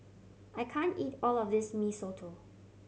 I can't eat all of this Mee Soto